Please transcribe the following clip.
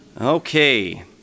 Okay